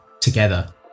together